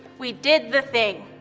we did the thing!